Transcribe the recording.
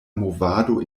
movado